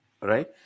Right